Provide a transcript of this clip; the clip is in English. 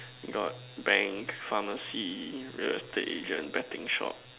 got bank pharmacy real estate agent betting shop